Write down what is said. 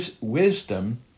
wisdom